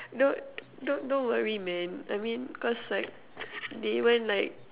don't don't worry man I mean cause like they even like